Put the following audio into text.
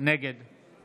נגד